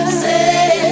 say